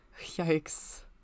Yikes